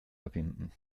erfinden